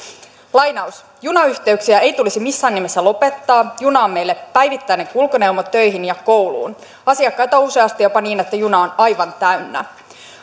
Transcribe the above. junayhteyksiä ei tulisi missään nimessä lopettaa juna on meille päivittäinen kulkuneuvo töihin ja kouluun asiakkaita on useasti jopa niin että juna on aivan täynnä